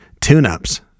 tune-ups